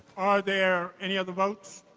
are there any other votes?